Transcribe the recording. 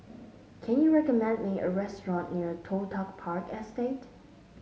can you recommend me a restaurant near Toh Tuck Park Estate